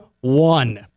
one